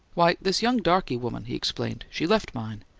why, this young darky woman, he explained. she left mine.